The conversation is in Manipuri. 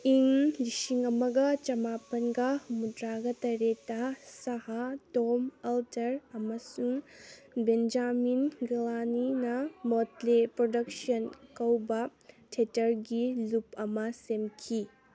ꯏꯪ ꯂꯤꯁꯤꯡ ꯑꯃꯒ ꯆꯃꯥꯄꯜꯒ ꯍꯨꯃꯨꯗ꯭ꯔꯥꯒ ꯇꯔꯦꯠꯇꯥ ꯁꯥꯍꯥ ꯇꯣꯝ ꯑꯜꯇꯔ ꯑꯃꯁꯨꯡ ꯕꯦꯟꯖꯃꯤꯟ ꯒꯦꯂꯥꯅꯤꯅ ꯃꯣꯠꯂꯦ ꯄ꯭ꯔꯣꯗꯛꯁꯟ ꯀꯧꯕ ꯊꯤꯌꯦꯇꯔꯒꯤ ꯂꯨꯞ ꯑꯃ ꯁꯦꯝꯈꯤ